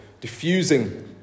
diffusing